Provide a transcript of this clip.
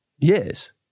Yes